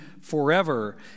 forever